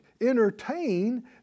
entertain